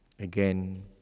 Again